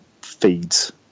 feeds